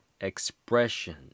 expression